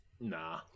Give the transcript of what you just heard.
Nah